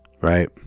Right